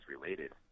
related